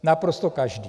Naprosto každý.